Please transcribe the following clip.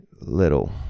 little